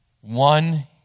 One